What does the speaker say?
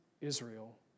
Israel